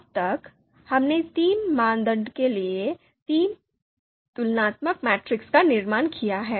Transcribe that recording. अब तक हमने तीन मानदंडों के लिए तीन तुलनात्मक मैट्रिक्स का निर्माण किया है